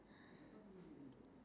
oh okay okay